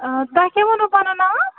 آ تۄہہِ کیٛاہ ؤنوٕ پنُن ناو